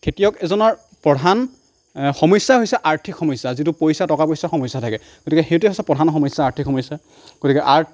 খেতিয়ক এজনৰ প্ৰধান সমস্যা হৈছে আৰ্থিক সমস্যা যিটো পইচাৰ টকা পইচাৰ সমস্যা থাকে গতিকে সেইটোৱে হৈছে প্ৰধান সমস্যা আৰ্থিক সমস্যা গতিকে আৰ